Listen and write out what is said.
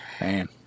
Man